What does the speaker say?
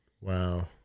wow